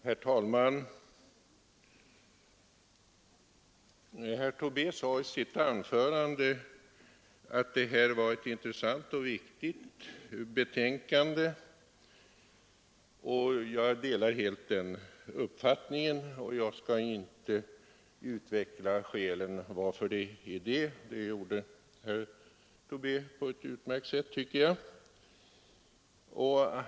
Herr talman! Herr Tobé sade i sitt anförande att detta var ett intressant och viktigt betänkande. Jag delar helt den uppfattningen. Jag skall inte utveckla skälen till denna vår syn i utskottet. Det gjorde herr Tobé på ett utmärkt sätt, tycker jag.